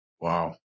Wow